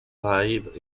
live